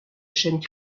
chaîne